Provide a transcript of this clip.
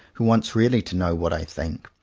who wants really to know what i think,